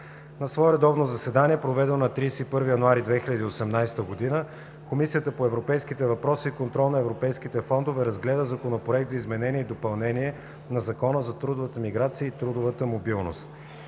На свое редовно заседание, проведено на 31 януари 2018 г., Комисията по европейските въпроси и контрол на европейските фондове разгледа Законопроект за изменение и допълнение на Закона за трудовата миграция и трудовата мобилност.